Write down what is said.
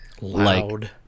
loud